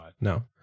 no